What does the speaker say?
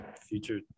Future